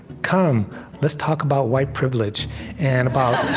come let's talk about white privilege and about,